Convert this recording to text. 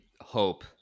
hope